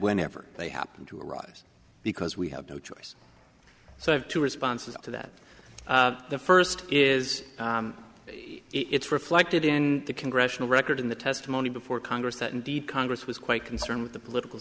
whenever they happen to arise because we have no choice so i have two responses to that the first is it's reflected in the congressional record in the testimony before congress that indeed congress was quite concerned with the political